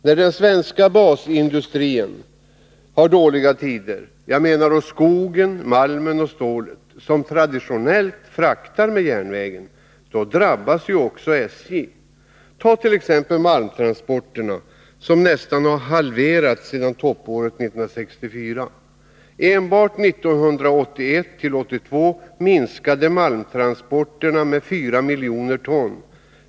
När den svenska basindustrin — jag menar skogen, malmen och stålet, där frakterna traditionellt går på järnväg — har dåliga tider, då drabbas också SJ. malmtransporterna, som nästan har halverats sedan toppåret 1964. Enbart från 1981 till 1982 minskade malmtransporterna med 4 miljoner ton.